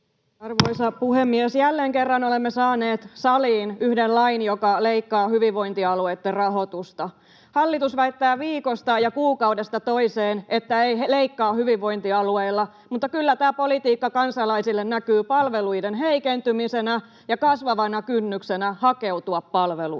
Arvoisa puhemies! Jälleen kerran olemme saaneet saliin yhden lain, joka leikkaa hyvinvointialueitten rahoitusta. Hallitus väittää viikosta ja kuukaudesta toiseen, että ei leikkaa hyvinvointialueilta, mutta kyllä tämä politiikka kansalaisille näkyy palveluiden heikentymisenä ja kasvavana kynnyksenä hakeutua palveluihin.